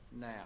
now